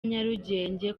nyarugenge